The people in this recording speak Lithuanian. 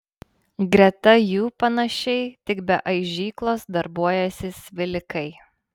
greta jų panašiai tik be aižyklos darbuojasi svilikai